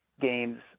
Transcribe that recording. games